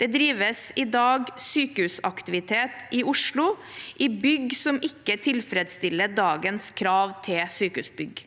Det drives i dag sykehusaktivitet i Oslo i bygg som ikke tilfredsstiller dagens krav til sykehusbygg.